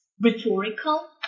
rhetorical